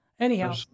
Anyhow